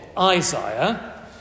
Isaiah